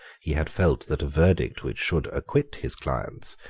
he had felt that a verdict which should acquit his clients,